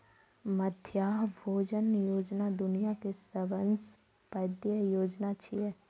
मध्याह्न भोजन योजना दुनिया के सबसं पैघ योजना छियै